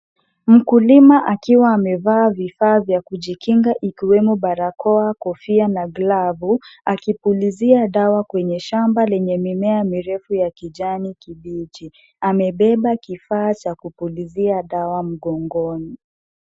Mkulima akiwa amevaa vifaa vya kujikinga ikiwemo barakoa, kofia na glavu, alipulizia dawa kwenye shamba lenye mimea mirefu ya kijani kibichi. Amebeba kifaa cha kupulizia dawa mgongoni.